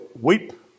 weep